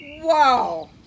Wow